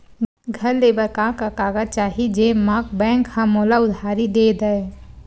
घर ले बर का का कागज चाही जेम मा बैंक हा मोला उधारी दे दय?